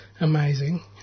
amazing